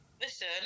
Listen